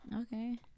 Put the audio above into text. Okay